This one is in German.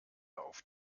auf